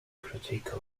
critique